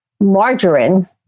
margarine